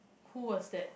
who was that